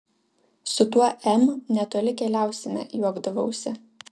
su tuo m netoli keliausime juokdavausi